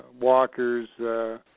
walkers